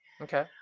Okay